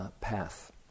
path